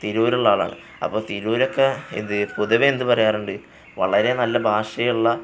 തിരൂരുള്ളയാളാണ് അപ്പോള് തിരൂരൊക്കെ എന്ത് പൊതുവേ എന്ത് പറയാറുണ്ട് വളരെ നല്ല ഭാഷയുള്ള